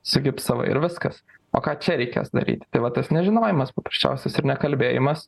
sugipsavai ir viskas o ką čia reikės daryti tai va tas nežinojimas paprasčiausias ir nekalbėjimas